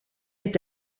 est